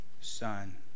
Son